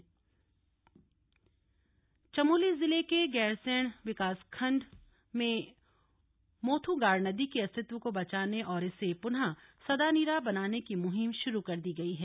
नदी का अस्तित्व चमोली जिले के गैरसैंण विकासखंड में मोथूगाढ़ नदी के अस्तित्व को बचाने और इसे पुनःसदानीरा बनाने के मुहिम शरू कर दी गई है